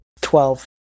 Twelve